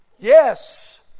Yes